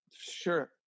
sure